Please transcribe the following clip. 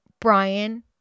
Brian